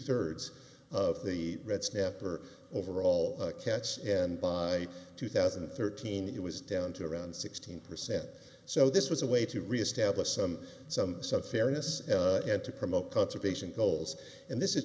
thirds of the red snapper overall cats and by two thousand and thirteen it was down to around sixteen percent so this was a way to reestablish some some some fairness and to promote conservation goals and this is